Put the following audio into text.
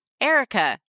Erica